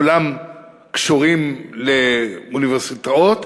כולם קשורים לאוניברסיטאות,